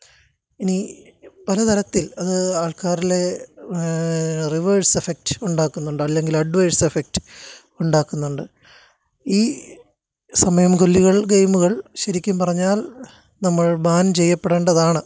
ഇനി പല തരത്തില് അത് ആള്ക്കാരിലെ റിവേഴ്സ് ഇഫക്റ്റ് ഉണ്ടാക്കുന്നുണ്ട് അല്ലെങ്കിൽ അഡ്വേസ് ഇഫക്റ്റ് ഉണ്ടാക്കുന്നുണ്ട് ഈ സമയം കൊല്ലികള് ഗെയിമുകള് ശരിക്കും പറഞ്ഞാല് നമ്മള് ബാന് ചെയ്യപ്പെടേണ്ടതാണ്